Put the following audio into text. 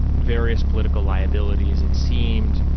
various political liabilities it seemed,